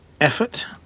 effort